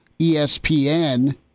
ESPN